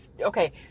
okay